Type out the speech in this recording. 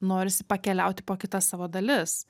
norisi pakeliauti po kitas savo dalis